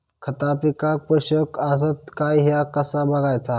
खता पिकाक पोषक आसत काय ह्या कसा बगायचा?